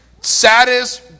saddest